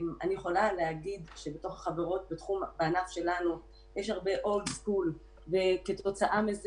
אני יכולה להגיד שבתוך החברות בענף שלנו יש הרבה אולד-סקול וכתוצאה מכך